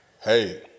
hey